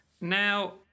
Now